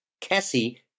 Cassie